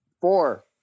four